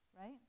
right